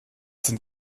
sind